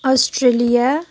Australia